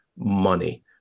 Money